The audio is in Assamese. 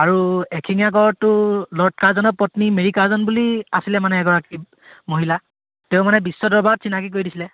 আৰু এশিঙীয়া গঁড়টো ল'ড কাৰ্জনৰ পত্নী মেৰি কাৰ্জন বুলি আছিলে মানে এগৰাকী মহিলা তেওঁ মানে বিশ্ব দৰবাৰত চিনাকী কৰি দিছিলে